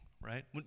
right